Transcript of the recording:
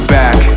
back